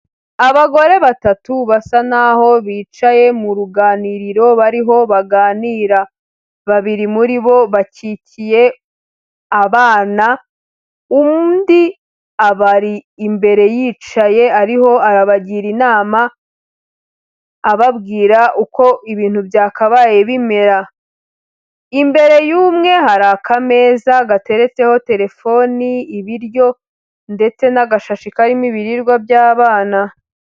Abagore batatu basa n'aho bicaye mu ruganiriro bariho baganira, babiri muri bo bakikiye abana, undi abari imbere yicaye ariho arabagira inama, ababwira uko ibintu byakabaye bimera, imbere y'umwe hari akameza gateretseho terefoni, ibiryo, ndetse n'agashashi karimo ibiribwa by'abana.